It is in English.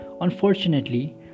Unfortunately